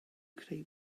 creu